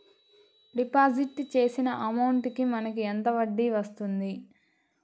Deposit చేసిన amount కి మనకి ఎంత వడ్డీ వస్తుంది?